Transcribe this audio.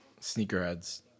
sneakerheads